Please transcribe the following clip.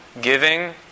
giving